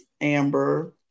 amber